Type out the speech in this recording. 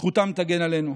זכותם תגן עלינו.